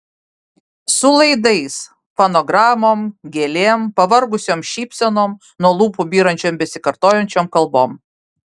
su laidais fonogramom gėlėm pavargusiom šypsenom nuo lūpų byrančiom besikartojančiom kalbom